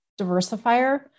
diversifier